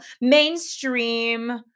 mainstream